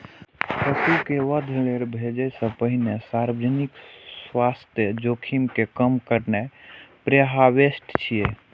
पशु कें वध लेल भेजै सं पहिने सार्वजनिक स्वास्थ्य जोखिम कें कम करनाय प्रीहार्वेस्ट छियै